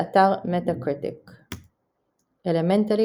באתר Metacritic "אלמנטלי",